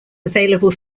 available